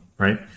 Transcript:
right